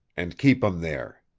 and keep him there.